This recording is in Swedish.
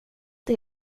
det